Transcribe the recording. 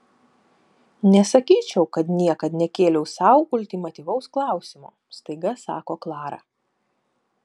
nesakyčiau kad niekad nekėliau sau ultimatyvaus klausimo staiga sako klara